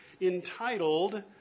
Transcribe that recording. entitled